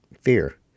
Fear